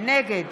נגד